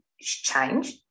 change